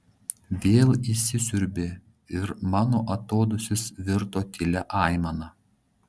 vėl įsisiurbė ir mano atodūsis virto tylia aimana